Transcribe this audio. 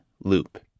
loop